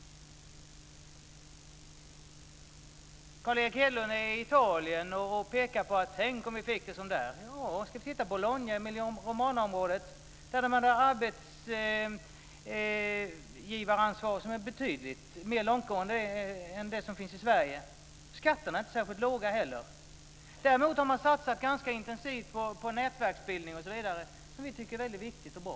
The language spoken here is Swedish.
Carl Erik Hedlund är i Italien och säger: Tänk om vi fick det som de har de där! Vi kan titta på Bologna eller Romanaområdet. Där har de ett arbetsgivaransvar som är betydligt mer långtgående än det som finns i Sverige. Skatterna är inte heller särskilt låga. Däremot har man satsat ganska intensivt på nätverksbildning osv. Det tycker vi är väldigt viktigt och bra.